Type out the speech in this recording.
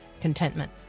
contentment